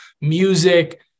music